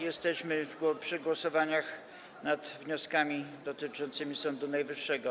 Jesteśmy przy głosowaniach nad wnioskami dotyczącymi Sądu Najwyższego.